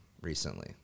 recently